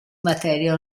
materia